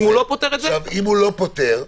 אם הוא לא פותר --- אם הוא לא פותר,